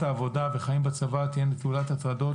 העבודה והחיים בצבא יהיו נטולי הטרדות,